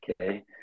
Okay